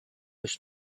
was